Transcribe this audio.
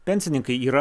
pensininkai yra